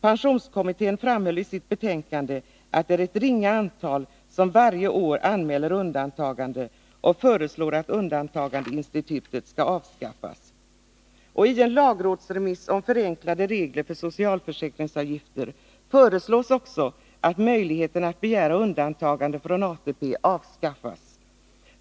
Pensionskommittén framhöll också i sitt betänkande att det är ett ringa antal som varje år anmäler undantagande, och kommittén föreslog att undantagandeinstitutet skall avskaffas. I en lagrådsremiss om förenklade regler för socialförsäkringsavgifter m.m. föreslås också att möjligheten att begära undantagande från ATP avskaffas.